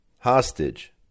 Hostage